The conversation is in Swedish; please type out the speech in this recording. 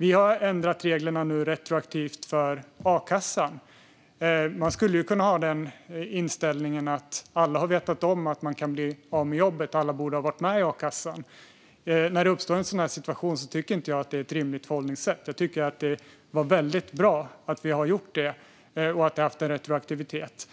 Nu har vi ändrat reglerna retroaktivt för a-kassan. Man skulle kunna ha inställningen att alla har vetat om att de kan bli av med jobbet och därför borde ha varit med i a-kassan. När en sådan här situation uppstår tycker jag inte att det är ett rimligt förhållningssätt. Det är väldigt bra att vi har gjort det och att vi har en retroaktivitet.